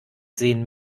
sehen